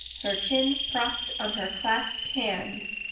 her chin propped on her clasped hands,